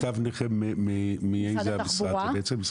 תו נכה מאיזה משרד בעצם?